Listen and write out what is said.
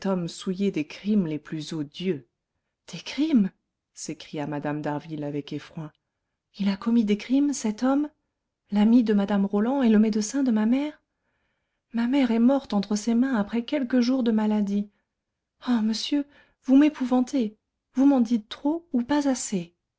souillé des crimes les plus odieux des crimes s'écria mme d'harville avec effroi il a commis des crimes cet homme l'ami de mme roland et le médecin de ma mère ma mère est morte entre ses mains après quelques jours de maladie ah monseigneur vous m'épouvantez vous m'en dites trop ou pas assez